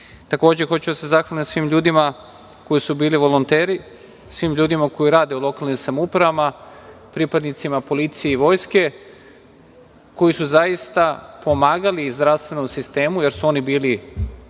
hoću da se zahvalim svim ljudima koji su bili volonteri, svim ljudima koji rade u lokalnim samoupravama, pripadnicima Policije i Vojske koji su zaista pomagali zdravstvenom sistemu jer su oni bili zdravstveni